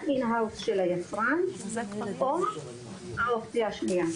in house של היצרן או האופציה השנייה.